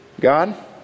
God